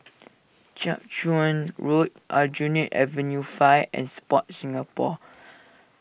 Jiak Chuan Road Aljunied Avenue five and Sport Singapore